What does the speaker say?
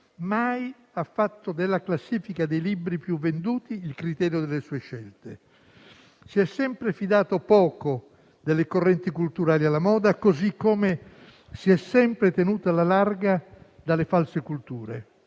mai ha fatto della classifica dei libri più venduti il criterio delle sue scelte. Si è sempre fidato poco delle correnti culturali alla moda, così come si è sempre tenuto alla larga dalle false culture.